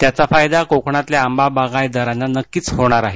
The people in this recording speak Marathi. त्याचा फायदा कोकणातल्या आंबा बागायतदारांना नक्कीच होणार आहे